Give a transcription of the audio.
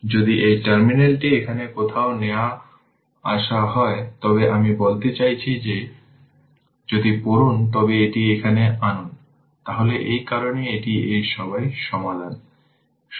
যদি এই টার্মিনালটি এখানে কোথাও নিয়ে আসে তবে আমি বলতে চাইছি যে যদি পড়ুন তবে এটি এখানে আনুন তাহলে এই কারণ এটিই এই সবই সাধারণ